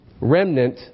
remnant